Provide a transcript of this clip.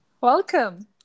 Welcome